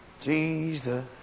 Jesus